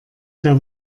der